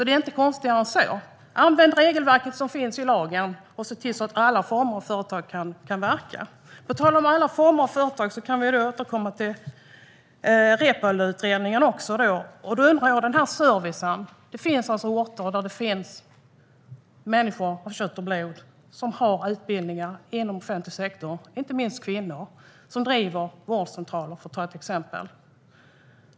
Det är inte konstigare än så. Använd det regelverk som finns i lagen, och se till att alla former av företag kan verka! Sedan vill jag återkomma till Reepaluutredningen. Det finns alltså orter där det bor människor av kött och blod som har utbildning inom offentlig sektor, inte minst kvinnor, och som driver till exempel en vårdcentral.